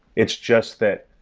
it's just that,